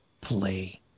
play